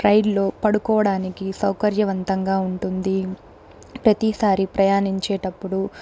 ట్రైన్లో పడుకోడానికి సౌకర్యవంతంగా ఉంటుంది ప్రతీసారి ప్రయాణించేటప్పుడు